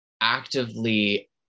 actively